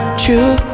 true